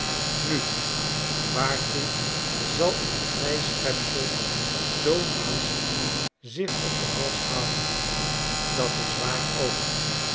nu waartoe zal een vrij schepsel zoo'n last zich op den hals halen dat is waar ook